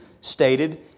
stated